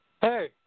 Hey